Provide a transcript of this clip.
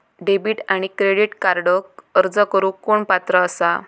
Debit आणि credit कार्डक अर्ज करुक कोण पात्र आसा?